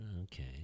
okay